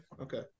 okay